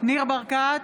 ניר ברקת,